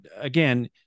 again